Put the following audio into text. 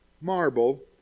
marble